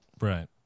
Right